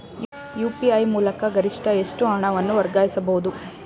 UPI ಮೂಲಕ ಗರಿಷ್ಠ ಎಷ್ಟು ಹಣವನ್ನು ವರ್ಗಾಯಿಸಬಹುದು?